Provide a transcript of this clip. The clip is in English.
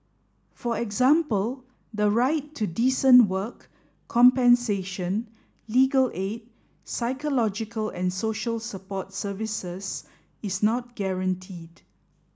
for example the right to decent work compensation legal aid psychological and social support services is not guaranteed